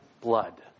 blood